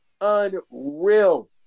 unreal